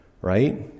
right